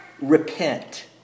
Repent